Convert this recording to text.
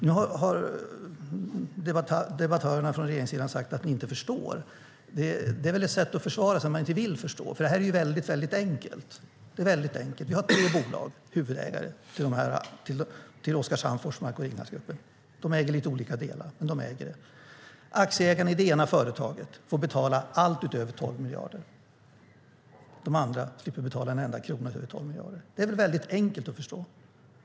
Nu har debattörerna från regeringssidan sagt att de inte förstår. Det är väl ett sätt att försvara sig om man inte vill förstå, för det här är väldigt enkelt. Vi har tre bolag, huvudägare till Oskarshamn, Forsmark och Ringhalsgruppen, och de äger lite olika delar. Aktieägarna i det ena företaget får betala allt utöver 12 miljarder. De andra slipper betala en enda krona utöver 12 miljarder. Det är väl väldigt enkelt att förstå.